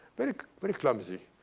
very very clumsy.